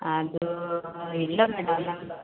ಅದು ಇಲ್ಲ ಮೇಡಮ್ ನಮ್ಮದು